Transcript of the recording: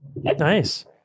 Nice